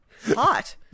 Hot